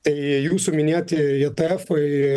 tai jūsų minėti i t efai